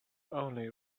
only